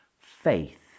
faith